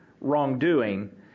wrongdoing